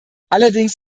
allerdings